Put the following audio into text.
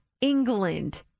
England